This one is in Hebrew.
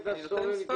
אתה מסתובב מסביב.